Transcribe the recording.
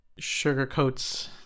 sugarcoats